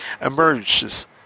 emerges